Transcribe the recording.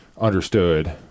understood